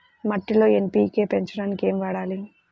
మట్టిలో ఎన్.పీ.కే పెంచడానికి ఏమి వాడాలి?